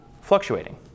fluctuating